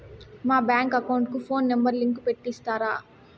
మా bank account కు phone number link పెట్టి ఇస్తారా?